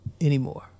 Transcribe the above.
anymore